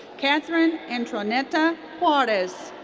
catherine antoineta juarez.